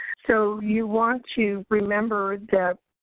so you want to remember that